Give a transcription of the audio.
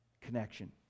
Connection